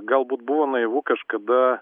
galbūt buvo naivu kažkada